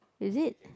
is it